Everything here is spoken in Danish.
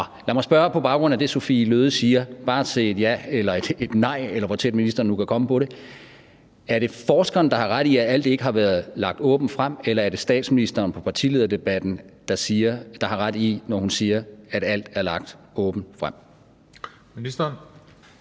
lad mig på baggrund af det, Sophie Løhde siger, bare stille et spørgsmål, der kan svares ja eller nej på, eller hvor tæt ministeren nu kan komme på det: Er det forskerne, der har ret i, at alt ikke har været lagt åbent frem, eller er det statsministeren, der i partilederdebatten har ret, når hun siger, at alt er lagt åbent frem? Kl.